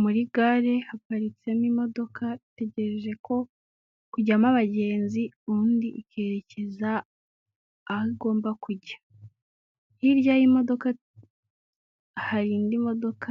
Muri gare haparitsemo imodoka itegereje kujyamo abagenzi, undi ikerekeza aha igomba kujya. Hirya y'imodoka hari indi modoka